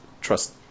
trust